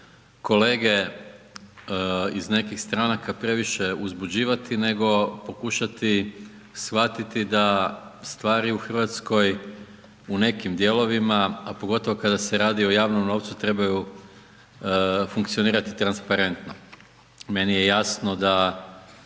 kolege iz nekih stranaka previše uzbuđivati nego pokušati shvatiti da stvari u Hrvatskoj, u nekim dijelovima a pogotovo kada se radi o javnom novcu, trebaju funkcionirati transparentno. Meni je jasno da